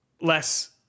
less